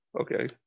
okay